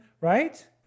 right